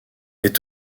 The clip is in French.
est